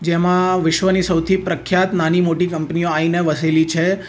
જેમાં વિશ્વની સૌથી પ્રખ્યાત નાની મોટી કંપનીઓ આવીને વસેલી છે